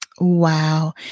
Wow